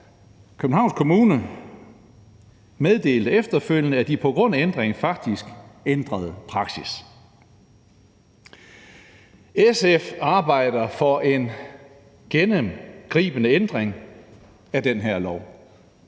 Københavns Kommune meddelte efterfølgende, at de på grund af ændringerne faktisk ændrede praksis. SF arbejder for en gennemgribende ændring af den her lov.